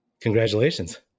Congratulations